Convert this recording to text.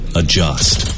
adjust